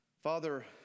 father